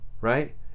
right